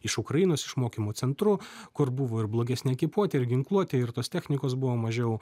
iš ukrainos iš mokymo centrų kur buvo ir blogesnė ekipuotė ir ginkluotė ir tos technikos buvo mažiau